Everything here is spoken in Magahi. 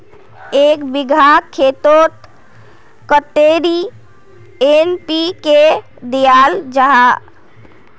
एक बिगहा खेतोत कतेरी एन.पी.के दियाल जहा?